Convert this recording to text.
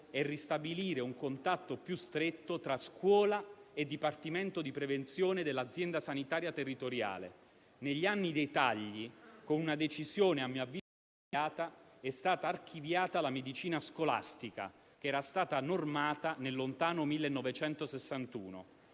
è ristabilire un contatto più stretto tra scuola e dipartimento di prevenzione dell'azienda sanitaria territoriale. Negli anni dei tagli, con una decisione a mio avviso sbagliata, è stata archiviata la medicina scolastica, che era stata normata nel lontano 1961.